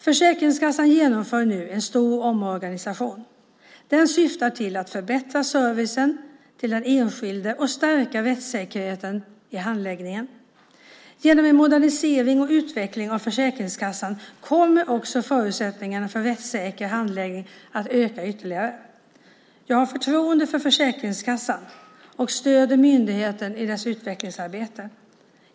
Försäkringskassan genomför nu en stor omorganisation. Den syftar till att förbättra servicen till den enskilde och stärka rättssäkerheten i handläggningen. Genom en modernisering och utveckling av Försäkringskassan kommer också förutsättningarna för en rättssäker handläggning att öka ytterligare. Jag har förtroende för Försäkringskassan och stöder myndigheten i dess utvecklingsarbete.